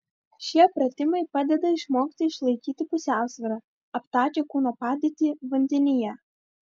šie pratimai padeda išmokti išlaikyti pusiausvyrą aptakią kūno padėtį vandenyje